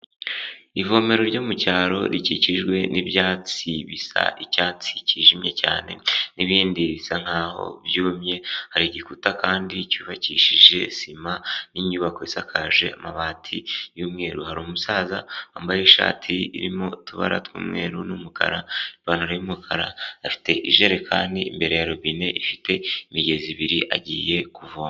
Ivomero ryo mu cyaro rikikijwe n'ibyatsi bisa icyatsi kijimye cyane n'ibindi bisa nkaho byumye, hari igikuta kandi cyubakishije sima n'inyubako isakaje amabati y'umweru, hari umusaza wambaye ishati irimo utubara tw'umweru n'umukara, ipantaro y'umukara afite ijerekani imbere ya robine ifite imigezi ibiri agiye kuvoma.